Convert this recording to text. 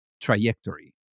trajectory